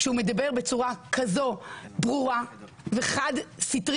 כשהוא מדבר בצורה כזו ברורה וחד-סטרית.